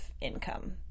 income